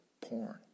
porn